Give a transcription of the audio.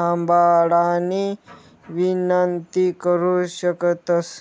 थांबाडानी विनंती करु शकतंस